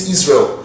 Israel